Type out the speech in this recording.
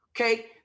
okay